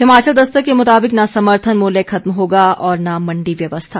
हिमाचल दस्तक के मुताबिक न समर्थन मूल्य खत्म होगा और न मंडी व्यवस्था